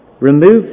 Remove